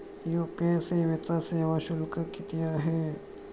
UPI सेवेचा सेवा शुल्क किती आहे?